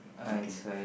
okay